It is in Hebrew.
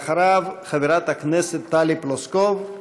אחריו, חברת הכנסת טלי פלוסקוב,